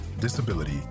disability